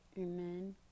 Amen